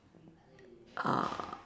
uh